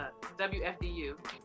WFDU